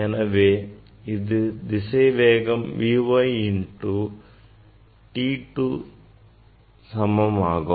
எனவே இது திசைவேகம் V y into time t 2 சமமாகும்